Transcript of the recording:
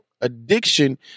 addiction